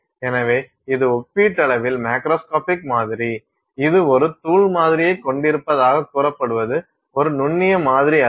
எனவே இது ஒப்பீட்டளவில் மேக்ரோஸ்கோபிக் மாதிரி இது ஒரு தூள் மாதிரியைக் கொண்டிருப்பதாகக் கூறப்படுவது ஒரு நுண்ணிய மாதிரி அல்ல